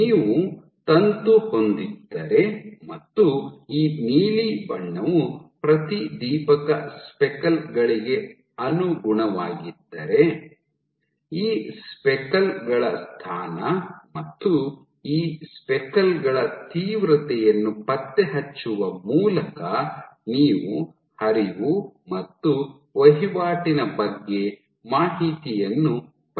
ನೀವು ತಂತು ಹೊಂದಿದ್ದರೆ ಮತ್ತು ಈ ನೀಲಿ ಬಣ್ಣವು ಪ್ರತಿದೀಪಕ ಸ್ಪೆಕಲ್ ಗಳಿಗೆ ಅನುಗುಣವಾಗಿದ್ದರೆ ಈ ಸ್ಪೆಕಲ್ ಗಳ ಸ್ಥಾನ ಮತ್ತು ಈ ಸ್ಪೆಕಲ್ ಗಳ ತೀವ್ರತೆಯನ್ನು ಪತ್ತೆಹಚ್ಚುವ ಮೂಲಕ ನೀವು ಹರಿವು ಮತ್ತು ವಹಿವಾಟಿನ ಬಗ್ಗೆ ಮಾಹಿತಿಯನ್ನು ಪಡೆಯಬಹುದು